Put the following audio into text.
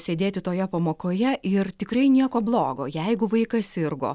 sėdėti toje pamokoje ir tikrai nieko blogo jeigu vaikas sirgo